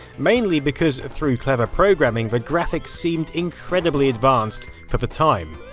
mainly because through clever programming, the graphics seemed incredibly advanced for the time.